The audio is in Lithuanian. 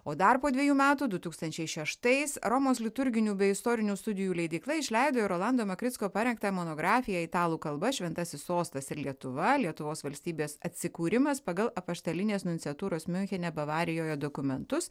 o dar po dvejų metų du tūkstančiai šeštais romos liturginių bei istorinių studijų leidykla išleido ir rolando makricko parengtą monografiją italų kalba šventasis sostas ir lietuva lietuvos valstybės atsikūrimas pagal apaštalinės nunciatūros miunchene bavarijoje dokumentus